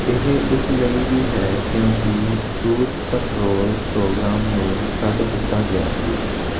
ਇਹ ਇਸ ਲਈ ਵੀ ਹੈ ਕਿਉਂਕਿ ਛੂਤ ਕੰਟਰੋਲ ਪ੍ਰੋਗਰਾਮ ਨੂੰ ਛੱਡ ਦਿੱਤਾ ਗਿਆ ਸੀ